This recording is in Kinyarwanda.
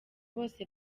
bose